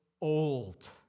old